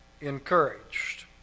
encouraged